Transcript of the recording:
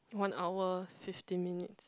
one hour fifteen minutes